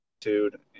dude